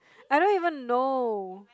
I don't even know